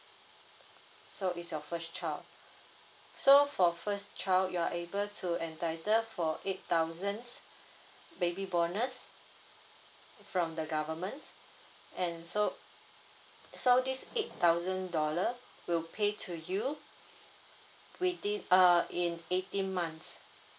so is your first child so for first child you're able to entitle for eight thousand baby bonus from the government and so so this eight thousand dollar will pay to you within err in eighteen months